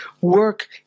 work